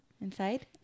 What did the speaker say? inside